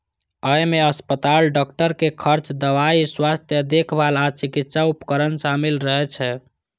अय मे अस्पताल, डॉक्टर के खर्च, दवाइ, स्वास्थ्य देखभाल आ चिकित्सा उपकरण शामिल रहै छै